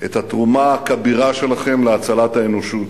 את התרומה הכבירה שלכם להצלת האנושות.